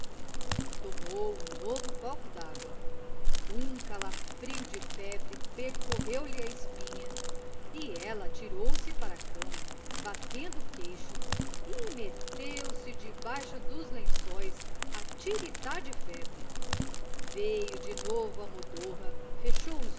tomou um novo copo dágua um calafrio de febre percorreu lhe a espinha e ela atirou-se para a cama batendo o queixo e meteu-se debaixo dos lençóis a tiritar de febre veio de novo a modorra fechou os